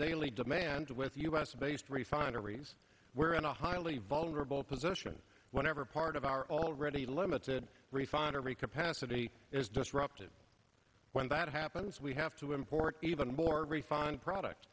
daily demand with u s based refineries we're in a highly vulnerable position whenever part of our already limited refinery capacity is disrupted when that happens we have to import even more refined product